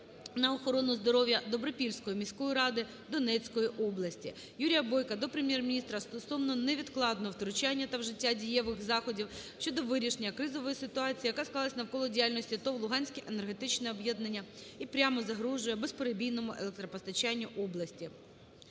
на охорону здоров'я Добропільської міській раді Донецької області. Юрія Бойка до Прем'єр-міністра стосовно невідкладного втручання та вжиття дієвих заходів щодо вирішення кризової ситуації, яка склалася навколо діяльності ТОВ "Луганське енергетичне об'єднання" і прямо загрожує безперебійному електропостачанню області.